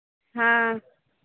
हाँ